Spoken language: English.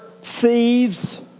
thieves